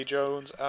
Jones